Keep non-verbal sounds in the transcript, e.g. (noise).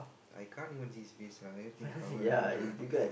I can't even see his face lah everything cover up lah (laughs)